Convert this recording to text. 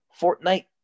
fortnite